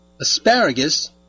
asparagus